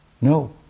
No